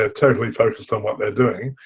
ah totally focused on what they are doing.